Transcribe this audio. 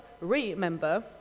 remember